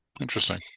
Interesting